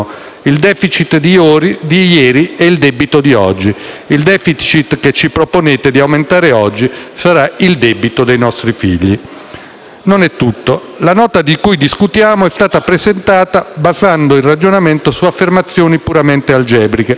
il *deficit* di ieri è il debito di oggi; il *deficit* che ci proponete di aumentare oggi sarà il debito dei nostri figli. Non è tutto: la Nota di cui discutiamo è stata presentata basando il ragionamento su affermazioni puramente algebriche.